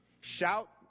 Shout